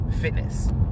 fitness